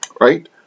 right